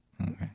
Okay